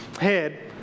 head